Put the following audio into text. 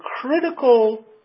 critical